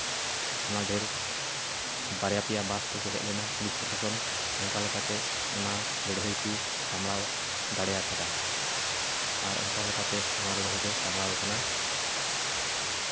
ᱟᱭᱢᱟ ᱰᱷᱮᱨ ᱵᱟᱨᱭᱟ ᱯᱮᱭᱟ ᱵᱟᱥ ᱛᱮᱠᱚ ᱦᱮᱡ ᱞᱮᱱᱟ ᱯᱩᱞᱤᱥ ᱯᱚᱨᱥᱟᱥᱚᱱ ᱚᱝᱠᱟ ᱞᱮᱠᱟᱛᱮ ᱚᱱᱟ ᱞᱟᱹᱲᱦᱟᱹᱭ ᱠᱚ ᱥᱟᱸᱵᱽᱲᱟᱣ ᱫᱟᱲᱮᱭᱟᱠᱟᱫᱟ ᱟᱨ ᱚᱝᱠᱟ ᱞᱮᱠᱟᱛᱮ ᱱᱚᱣᱟ ᱞᱟᱹᱲᱦᱟᱹᱭ ᱫᱚ ᱥᱟᱸᱵᱽᱲᱟᱣᱟᱠᱟᱱᱟ